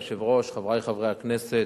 אדוני היושב-ראש, חברי חברי הכנסת,